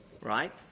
right